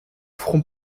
front